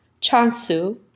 Chansu